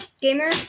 Gamer